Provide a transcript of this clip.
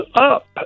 up